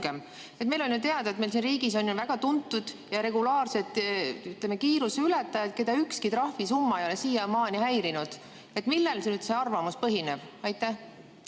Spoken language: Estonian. Meil on ju teada, et siin riigis on väga tuntud ja regulaarseid kiiruseületajaid, keda ükski trahvisumma ei ole siiamaani häirinud. Millel see arvamus põhineb? Aitäh!